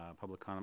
public